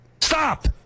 Stop